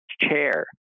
chair